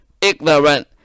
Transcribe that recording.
ignorant